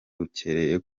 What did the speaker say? babukereye